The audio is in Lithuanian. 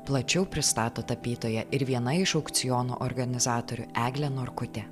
plačiau pristato tapytoja ir viena iš aukciono organizatorių eglė norkutė